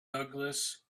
douglas